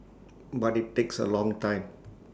but IT takes A long time